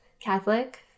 Catholic